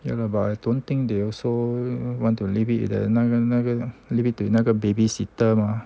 ya lah but I don't think they also want to leave it at the 那个那个 leave it to 那个 babysitter mah